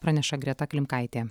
praneša greta klimkaitė